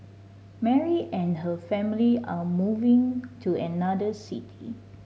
Mary and her family are moving to another city